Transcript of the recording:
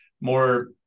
more